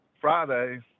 Friday